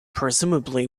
presumably